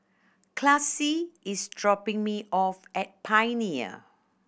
Classie is dropping me off at Pioneer